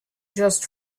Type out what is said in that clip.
just